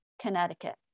Connecticut